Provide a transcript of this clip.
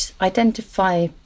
identify